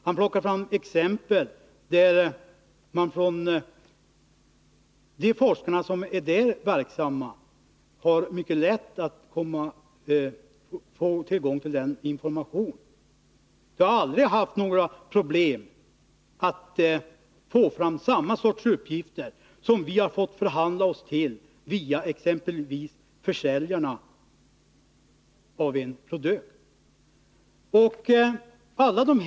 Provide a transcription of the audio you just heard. Han plockar fram exempel på att de forskare som är verksamma inom industrin har mycket lätt att få tillgång till information. De har aldrig haft några problem att få fram samma sorts uppgifter som vi har fått förhandla oss till via exempelvis försäljarna av en produkt, säger han.